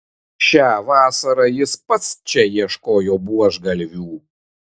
šią vasarą jis pats čia ieškojo buožgalvių